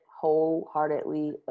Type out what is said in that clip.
wholeheartedly